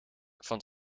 van